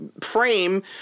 frame